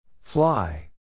Fly